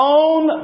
own